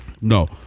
No